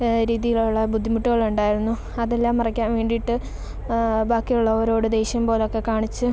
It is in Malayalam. രീതിയിലുള്ള ബുദ്ധിമുട്ടുകളുണ്ടായിരുന്നു അതെല്ലാം മറയ്ക്കാൻ വേണ്ടിയിട്ട് ബാക്കിയുള്ളവരോട് ദേഷ്യം പോലെയൊക്കെ കാണിച്ച്